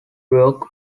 broke